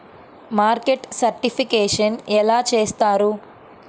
Market certification ఎలా చేస్తారు?